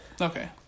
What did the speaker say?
okay